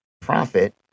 profit